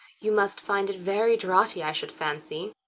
you must find it very draughty, i should fancy.